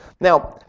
Now